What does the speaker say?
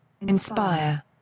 Inspire